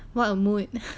what a mood